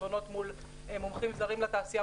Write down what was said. פתרונות מול מומחים זרים לתעשייה,